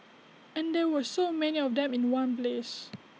and there were so many of them in one place